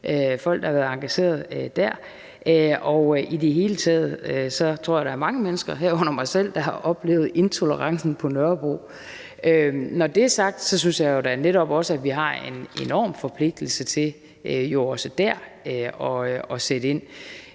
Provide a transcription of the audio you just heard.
folk, der har været engageret der. I det hele taget tror jeg, at der er mange mennesker, herunder mig selv, der har oplevet intolerancen på Nørrebro. Når det er sagt, synes jeg jo da netop også, at vi har en enorm forpligtelse til også dér at sætte ind.